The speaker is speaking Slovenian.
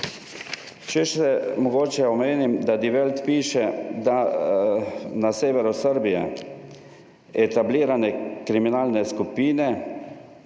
Če še mogoče omenim, da / nerazumljivo/ piše, da na severu Srbije etablirane kriminalne skupine